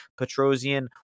Petrosian